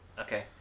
Okay